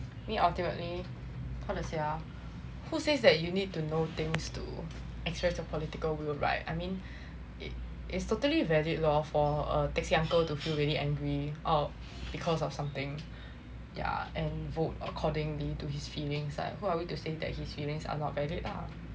I mean ultimately how to say ah who says that you need to know things to express your political view right I mean it it's totally valid lor for a taxi uncle to feel really angry or because of something yeah and vote accordingly to his feelings like who are we to say that his feelings are not valid lah